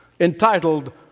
entitled